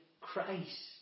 Christ